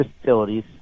facilities